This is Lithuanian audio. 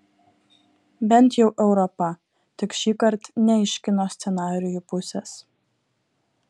bent jau europa tik šįkart ne iš kino scenarijų pusės